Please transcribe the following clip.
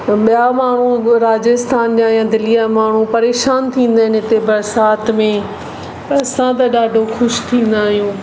ॿिया माण्हू राजस्थान जा या दिल्लीअ जा माण्हू परेशानु थींदा आहिनि हिते बरसाति में असां त ॾाढो ख़ुशि थींदा आहियूं